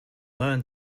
learn